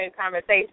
conversation